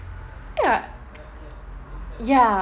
ya ya